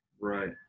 Right